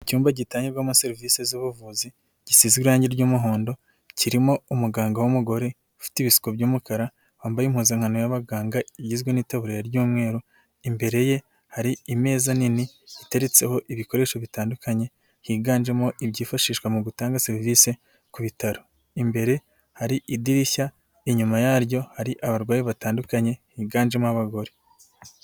Icyumba gitangirwamo serivisi zubuvuzi gisize irangi ry'umuhondo. Kirimo umuganga w'umugore ufite ibisuko by'umukara, wambaye impuzankano y'abaganga igizwe n'itabura ry'umweru. Imbere ye hari imeza nini ateretseho ibikoresho bitandukanye higanjemo ibyifashishwa mu gutanga serivisi ku bitaro. Imbere hari idirishya, inyuma yaryo hari abarwayi batandukanye biganjemo abagore.